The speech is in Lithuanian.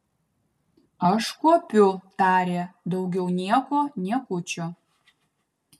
aš kuopiu tarė daugiau nieko niekučio